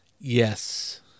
yes